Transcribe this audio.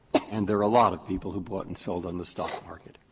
and there are a lot of people who bought and sold on the stork market.